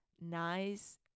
nice